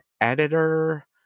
editor